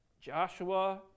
Joshua